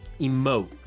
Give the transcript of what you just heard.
emote